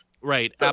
right